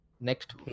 next